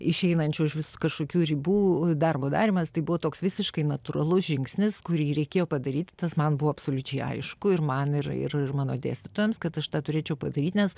išeinančių iš vis kažkokių ribų darbo darymas tai buvo toks visiškai natūralus žingsnis kurį reikėjo padaryt tas man buvo absoliučiai aišku ir man ir ir ir mano dėstytojams kad aš tą turėčiau padaryti nes